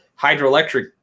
hydroelectric